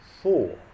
four